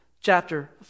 chapter